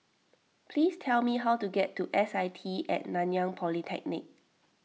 please tell me how to get to S I T at Nanyang Polytechnic